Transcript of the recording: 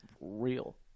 real